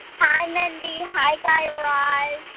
hi, mindy. hi, guy raz.